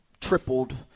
tripled